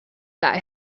got